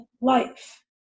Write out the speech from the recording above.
life